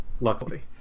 Luckily